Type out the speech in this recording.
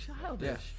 childish